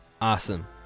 Awesome